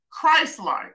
Christ-like